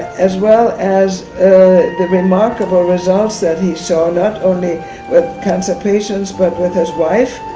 as well as the remarkable results that he saw, not only with cancer patients but with his wife,